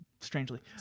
strangely